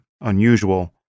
unusual